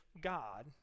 God